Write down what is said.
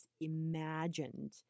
imagined